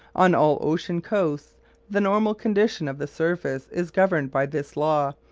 on all ocean coasts the normal condition of the surface is governed by this law,